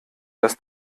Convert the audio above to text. dass